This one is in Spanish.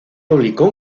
publicó